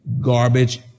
garbage